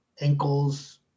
ankles